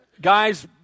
guys